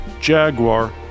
Jaguar